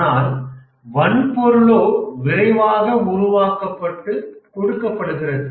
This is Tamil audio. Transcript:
ஆனால் வன்பொருளோ விரைவாக உருவாக்கப்பட்டு கொடுக்கப்படுகிறது